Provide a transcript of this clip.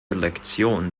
lektion